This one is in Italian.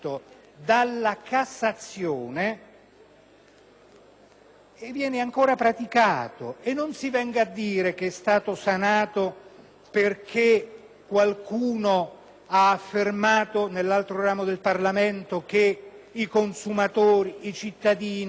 viene ancora praticato. Non si venga a dire che è stato sanato perché qualcuno ha affermato nell'altro ramo del Parlamento che i cittadini... *(Brusìo)*.